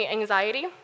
anxiety